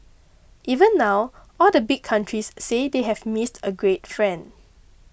even now all the big countries say they have missed a great friend